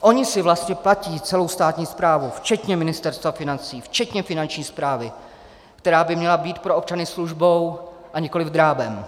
Oni si vlastně platí celou státní správu, včetně Ministerstva financí, včetně Finanční správy, která by měla být pro občany službou a nikoliv drábem.